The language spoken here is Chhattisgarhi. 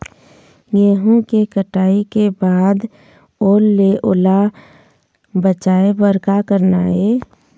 गेहूं के कटाई के बाद ओल ले ओला बचाए बर का करना ये?